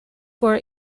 were